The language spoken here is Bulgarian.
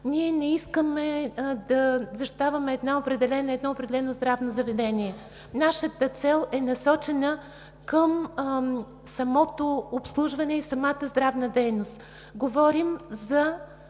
ние не искаме да защитаваме едно определено здравно заведение. Нашата цел е насочена към самото обслужване и самата здравна дейност. Говорим за